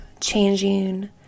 changing